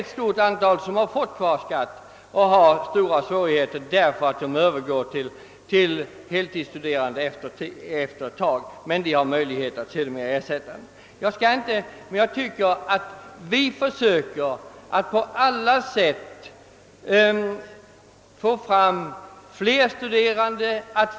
Ett stort antal av dessa har nämligen fått kvarskatt och har stora svårigheter att betala denna på grund av att de efter någon tid övergått från att vara deltidsstuderande till att vara heltidsstuderande, men de har givetvis rättighet att få restitution på den inbetalda skatten senare.